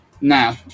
Now